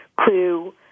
clue